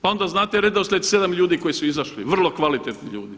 Pa onda znate redoslijed sedam ljudi koji su izašli vrlo kvalitetni ljudi.